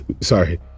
sorry